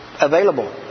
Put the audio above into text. available